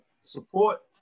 support